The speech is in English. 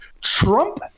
Trump